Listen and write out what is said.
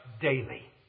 daily